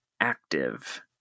active